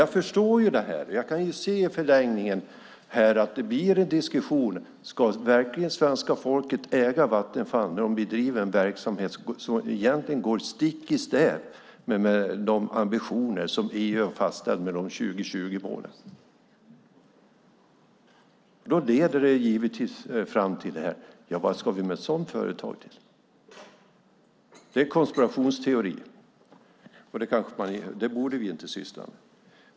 Jag kan se att det i förlängningen kommer att bli en diskussion om huruvida svenska folket ska äga Vattenfall om bolaget bedriver en verksamhet som går stick i stäv med de ambitioner som EU har fastställt i 2020-målen. Vad ska vi med ett sådant företag till? Det här är konspirationsteorier, och det borde vi inte syssla med.